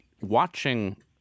Watching